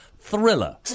Thriller